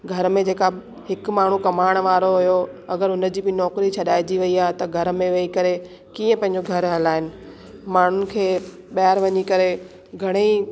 घर में जेका हिक माण्हू कमाइण वारो हुयो अगरि हुनजी बि नौकिरी छॾाइजी वई आहे त घर में वेही करे कीअं पंहिंजो घर हलाइनि माण्हुनि खे ॿाहिरि वञी करे घणेई